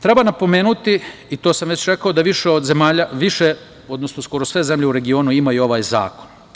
Treba napomenuti, i to sam već rekao, da skoro sve zemlje u regionu imaju ovaj zakon.